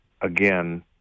again